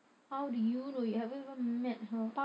how do you know you haven't even met her